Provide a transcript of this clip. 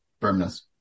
Firmness